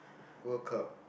World Cup